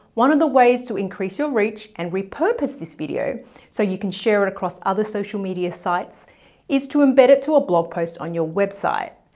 one of the ways to increase your reach and repurpose this video so you can share it across other social media sites is to embed it to a blog post on your website.